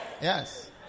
Yes